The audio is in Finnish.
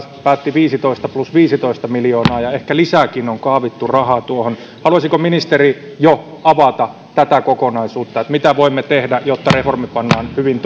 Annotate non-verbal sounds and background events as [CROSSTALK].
päätti viisitoista plus viisitoista miljoonaa ja ehkä lisääkin on kaavittu rahaa tuohon haluaisiko ministeri jo avata tätä kokonaisuutta mitä voimme tehdä jotta reformi pannaan hyvin [UNINTELLIGIBLE]